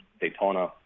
Daytona